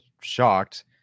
shocked